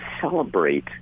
celebrate